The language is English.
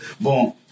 Boom